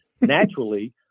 naturally